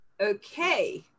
okay